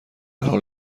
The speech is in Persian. حال